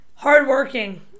Hardworking